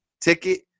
ticket